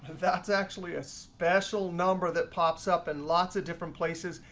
that's actually a special number that pops up in lots of different places,